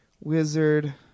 Wizard